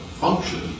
function